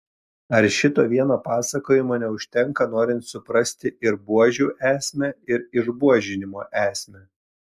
ar šito vieno pasakojimo neužtenka norint suprasti ir buožių esmę ir išbuožinimo esmę